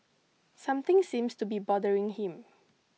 something seems to be bothering him